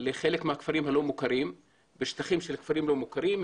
לחלק מהכפרים הלא מוכרים בשטחים של כפרים לא מוכרים,